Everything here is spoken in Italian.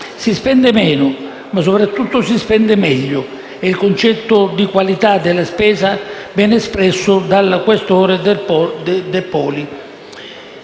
Si spende meno, ma soprattutto si spende meglio. È il concetto di qualità della spesa ben espresso dal questore De Poli.